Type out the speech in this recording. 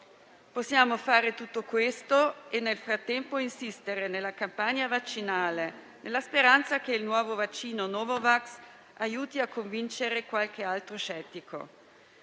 Possiamo fare tutto questo e nel frattempo insistere nella campagna vaccinale, nella speranza che il nuovo vaccino Novavax aiuti a convincere qualche altro scettico.